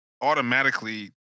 automatically